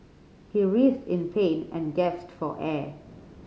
he writhed in pain and gasped for air